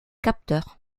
capteurs